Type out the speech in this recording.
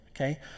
okay